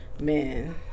Man